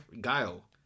Guile